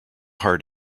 heart